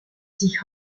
sich